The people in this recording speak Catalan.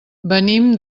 venim